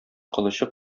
кылычы